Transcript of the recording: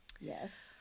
Yes